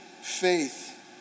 faith